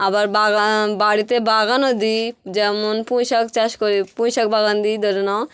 আবার বাগান বাড়িতে বাগানও দিই যেমন পুঁই শাক চাষ করি পুঁই শাক বাগান দিই ধরে নাও